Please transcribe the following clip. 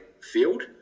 field